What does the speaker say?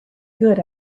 good